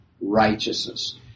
righteousness